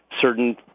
certain